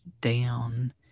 down